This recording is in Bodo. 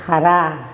खारा